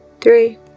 three